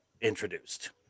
introduced